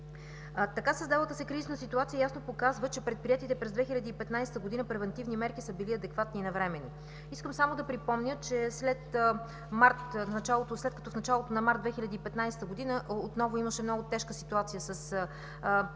Така създалата се кризисна ситуация ясно показва, че предприетите през 2015 г. превантивни мерки са били адекватни и навременни. Искам само да припомня, че в началото на месец март 2015 г. отново имаше много тежка ситуация с повреди